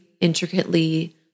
intricately